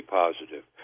positive